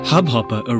Hubhopper